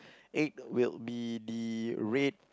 eighth will be the red